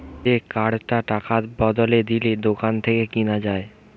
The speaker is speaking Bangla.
যে কার্ডটা টাকার বদলে দিলে দোকান থেকে কিনা যায়